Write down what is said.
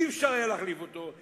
לא היתה אפשרות להחליף אותו.